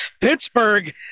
pittsburgh